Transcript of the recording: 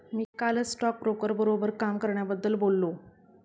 मी कालच स्टॉकब्रोकर बरोबर काम करण्याबद्दल बोललो